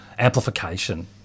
Amplification